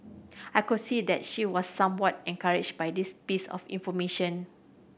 I could see that she was somewhat encouraged by this piece of information